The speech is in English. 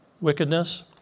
wickedness